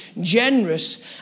generous